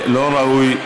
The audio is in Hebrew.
לא ראוי.